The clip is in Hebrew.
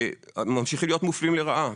והם ממשיכים להיות מופלים לרעה.